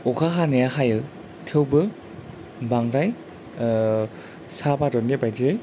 अखा हानाया हायो थेवबो बांद्राय सा भारतनि बायदियै